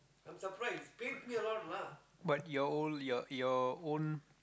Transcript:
I'm so afraid give me a lot of work but you your your own